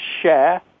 share